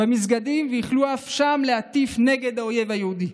ואף במסגדים החלו להטיף נגד האויב היהודי.